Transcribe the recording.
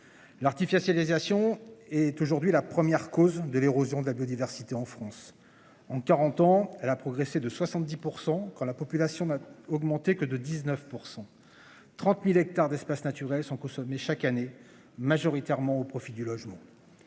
L'artificialisation est aujourd'hui la première cause de l'érosion de la biodiversité en France en 40 ans, elle a progressé de 70 pour son quand la population n'a augmenté que de 19 pour 130.000 hectares d'espaces naturels sont consommés chaque année majoritairement au profit du logement.